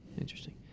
Interesting